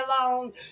alone